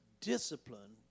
discipline